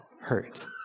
hurt